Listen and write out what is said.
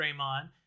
Draymond